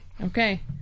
Okay